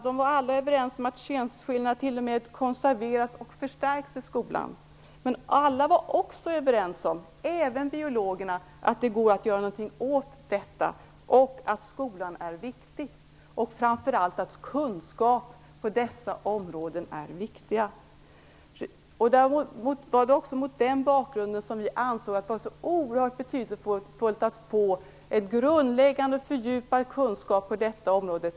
Alla var de överens om att könsskillnaden t.o.m. konserveras och förstärks i skolan. Alla var också överens, även biologerna, om att det går att göra något åt detta och om att skolan är viktig. Framför allt ansågs kunskaper på dessa områden vara viktiga. Det är också mot den bakgrunden som vi ansåg det vara oerhört betydelsefullt att tvärvetenskapligt få en grundläggande och fördjupad kunskap på detta område.